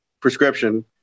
prescription